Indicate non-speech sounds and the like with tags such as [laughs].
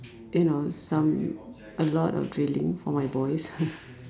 you know some a lot of drilling for my boys [laughs]